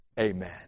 Amen